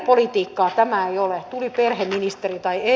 perhepolitiikkaa tämä ei ole tuli perheministeri tai ei